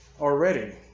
already